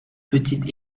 petite